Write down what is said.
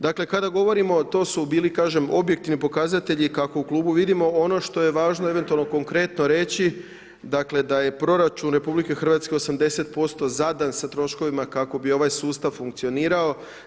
Dakle, kada govorimo, to su bili kažem objektivni pokazatelji kako u klubu vidimo ono što je važno eventualno konkretno reći dakle da je proračun Republike Hrvatske 80% zadan sa troškovima kako bi ovaj sustav funkcionirao.